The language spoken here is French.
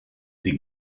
des